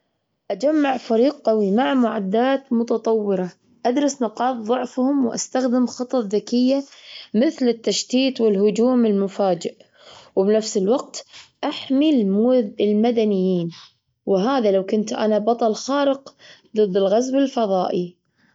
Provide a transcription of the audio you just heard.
أجمع فريق قوي مع معدات متطورة. أدرس نقاط ظعفهم، وأستخدم خطط ذكية مثل التشتيت والهجوم المفاجئ، وبنفس الوقت أحمي المود- المدنيين، وهذا لو كنت أنا بطل خارق ضد الغزو الفضائي.